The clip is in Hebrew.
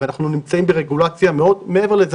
ואנחנו נמצאים ברגולציה מאוד מעבר לזה